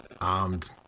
Armed